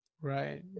Right